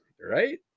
right